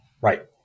Right